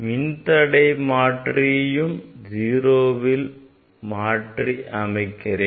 மின்தடை மாற்றியையும் 0 மதிப்பில் மாற்றி அமைக்கிறேன்